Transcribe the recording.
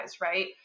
right